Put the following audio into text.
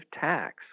tax